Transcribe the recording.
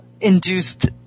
induced